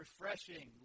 Refreshing